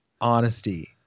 Honesty